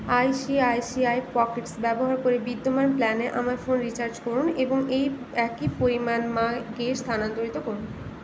I C I C I pockets ব্যবহার করে বিদ্যমান প্ল্যানে আমার ফোন রিচার্জ করুন এবং এই একই পরিমাণ মাকে স্থানান্তরিত করুন